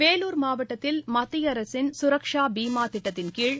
வேலூர் மாவட்டத்தில் மத்திய அரசின் கரக்ஷா பீமா திட்டத்தின் கீழ்